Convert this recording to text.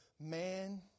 man